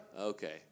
Okay